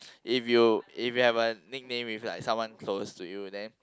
if you if you have a nickname with like someone close to you then